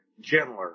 gentler